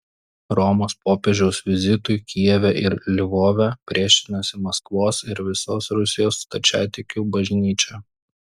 romos popiežiaus vizitui kijeve ir lvove priešinasi maskvos ir visos rusijos stačiatikių bažnyčia